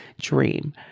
dream